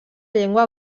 llengua